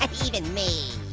and even me.